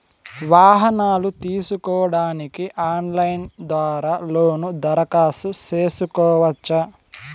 వాహనాలు తీసుకోడానికి ఆన్లైన్ ద్వారా లోను దరఖాస్తు సేసుకోవచ్చా?